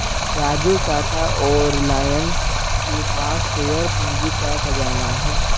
राजू टाटा और रिलायंस के पास शेयर पूंजी का खजाना है